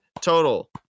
total